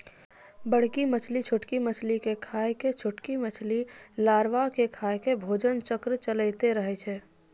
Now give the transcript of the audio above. बड़की मछली छोटकी मछली के खाय के, छोटकी मछली लारवा के खाय के भोजन चक्र चलैतें रहै छै